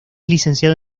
licenciado